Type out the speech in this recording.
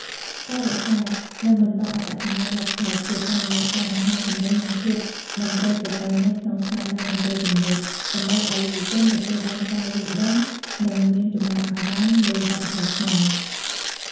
ការរក្សា និងបន្តអត្តសញ្ញាណវប្បធម៌ជាតិ តាមរយៈការបង្ហាញសំឡេងនិងធាតុតន្ត្រីប្រពៃណីក្នុងស្នាដៃតន្ត្រីទំនើប ដើម្បីឲ្យយុវជនទទួលបានការយល់ដឹង និងមានចំណាប់អារម្មណ៍ លើវប្បធម៌ខ្មែរ។